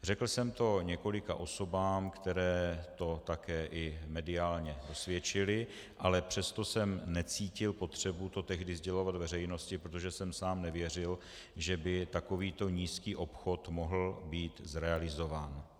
Řekl jsem to několika osobám, které to také i mediálně dosvědčily, ale přesto jsem necítil potřebu to tehdy sdělovat veřejnosti, protože jsem sám nevěřil, že by takovýto nízký obchod mohl být realizován.